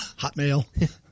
hotmail